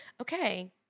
okay